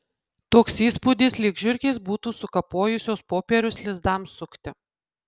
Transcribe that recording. toks įspūdis lyg žiurkės būtų sukapojusios popierius lizdams sukti